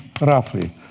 roughly